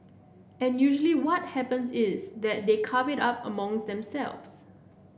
and usually what happens is that they carve it up among themselves